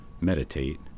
meditate